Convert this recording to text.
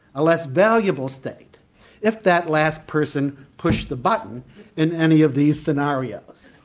a less valuable state if that last person pushed the button in any of these scenarios?